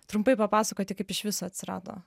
trumpai papasakoti kaip iš viso atsirado